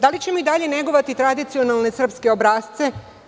Da li ćemo i dalje negovati tradicionalne srpske obrasce?